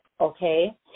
okay